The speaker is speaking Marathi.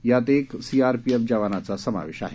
यात एक सीआरपीएफ जवानाचा समावेश आहे